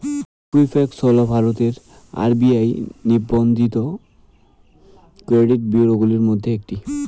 Equifax হল ভারতের RBI নিবন্ধিত ক্রেডিট ব্যুরোগুলির মধ্যে একটি